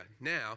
now